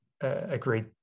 agreed